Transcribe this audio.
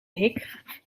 hik